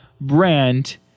brand